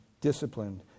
disciplined